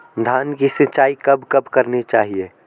धान की सिंचाईं कब कब करनी चाहिये?